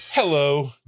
Hello